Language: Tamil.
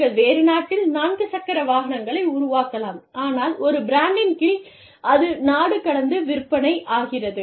நீங்கள் வேறு நாட்டில் நான்கு சக்கர வாகனங்களை உருவாக்கலாம் ஆனால் ஒரே பிராண்டின் கீழ் அது நாடு கடந்து விற்பனை ஆகிறது